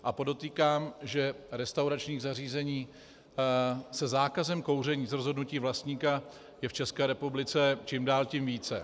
A podotýkám, že restauračních zařízení se zákazem kouření z rozhodnutí vlastníka je v České republice čím dál tím více.